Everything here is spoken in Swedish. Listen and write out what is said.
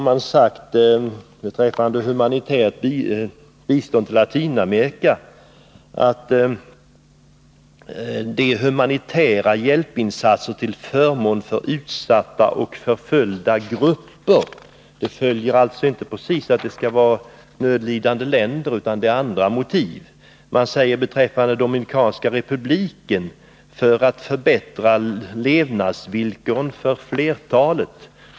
Vad beträffar humanitärt bistånd till Latinamerika talar man om ”de humanitära hjälpinsatserna till förmån för utsatta och förföljda grupper”. Det följer alltså inte precis att det skall vara nödlidande länder, utan det är andra motiv. Vad beträffar Dominikanska republiken talar man om ”att förbättra levnadsvillkoren för flertalet”.